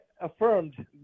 affirmed